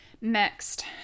Next